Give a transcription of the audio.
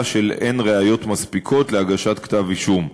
שאין ראיות מספיקות להגשת כתב-אישום.